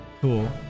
Cool